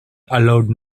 allowed